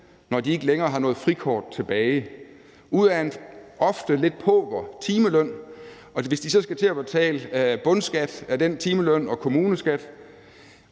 når de ikke længere har noget frikort tilbage, ud af en ofte lidt pauver timeløn, og hvis de så skal til at betale bundskat og kommuneskat